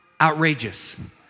Outrageous